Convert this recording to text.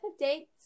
updates